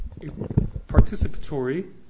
participatory